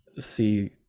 see